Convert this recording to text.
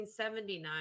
1979